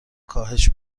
کاهش